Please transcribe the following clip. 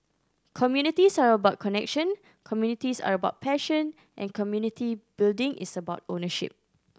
communities are about connection communities are about passion and community building is about ownership